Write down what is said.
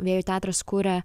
vėjų teatras kuria